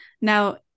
Now